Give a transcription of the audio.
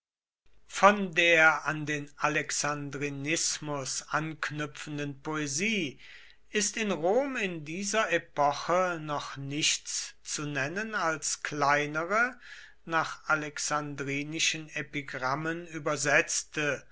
von der an den alexandrinismus anknüpfenden poesie ist in rom in dieser epoche noch nichts zu nennen als kleinere nach alexandrinischen epigrammen übersetzte